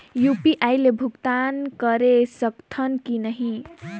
UPI ले भुगतान करे सकथन कि नहीं?